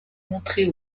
montrée